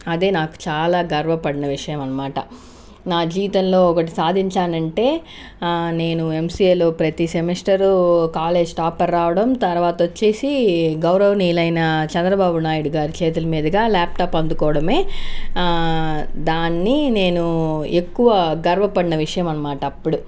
అదే నాకు చాలా గర్వపడిన విషయం అన్నమాట నా జీవితంలో ఒకటి సాధించానంటే నేను ఎంసీఏలో ప్రతి సెమిస్టర్ కాలేజ్ టాపర్ రావడం తర్వాత వచ్చేసి గౌరవనీయులైన చంద్రబాబు నాయుడు చేతుల మీదగా లాప్ టాప్ అందుకోవడమే దాన్ని నేను ఎక్కువ గర్వపడిన విషయం అనమాట అప్పుడు